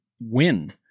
win